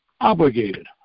obligated